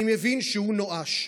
אני מבין שהוא נואש,